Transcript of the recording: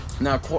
Now